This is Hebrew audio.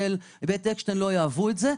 בית אקשטיין לא יאהבו את זה,